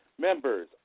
members